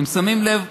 אתם שמים לב?